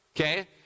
Okay